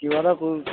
কিবা এটা কৰিম